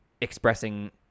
expressing